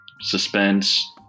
suspense